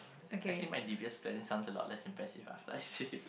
actually my devious plans sounds a lot less impress after I say it